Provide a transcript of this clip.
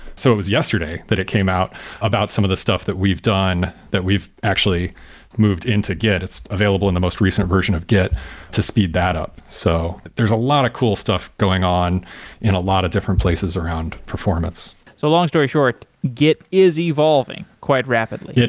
so it was yesterday that it came out about some of the stuff that we've done, that we've actually moved in to git it's available in the most recent version of git to speed that up. so there's a lot of cool stuff going on in a lot of different places around performance so long story short, git is evolving quite rapidly,